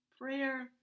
prayer